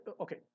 Okay